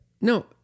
No